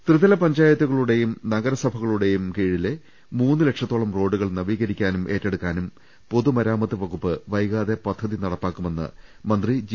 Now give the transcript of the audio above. ത്രിതല പഞ്ചായത്തുകളുടെയും നഗരസഭയുടെയും കീഴിലെ മൂന്നുലക്ഷത്തോളം റോഡുകൾ നവീകരിക്കാനും ഏറ്റെടു ക്കാനും പൊതുമരാമത്ത് വകുപ്പ് വൈകാതെ പദ്ധതി നടപ്പാ ക്കുമെന്ന് മന്ത്രി ജി